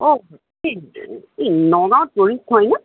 অঁ কি নগাওঁত